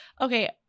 okay